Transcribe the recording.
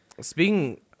Speaking